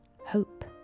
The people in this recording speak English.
Hope